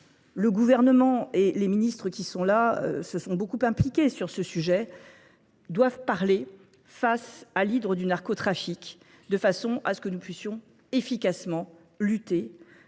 Le gouvernement et les ministres qui sont là se sont beaucoup impliqués sur ce sujet, doivent parler face à l'hydre du narcotrafique de façon à ce que nous puissions efficacement lutter contre cette